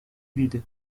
vides